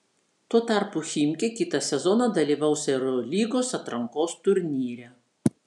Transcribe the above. tuo tarpu chimki kitą sezoną dalyvaus eurolygos atrankos turnyre